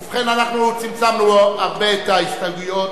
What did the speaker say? ובכן, צמצמנו הרבה את ההסתייגויות.